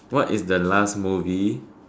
what is the last movie